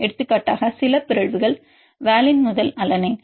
எடுத்துக்காட்டாக சில பிறழ்வுகள் வாலின் முதல் அலனைன்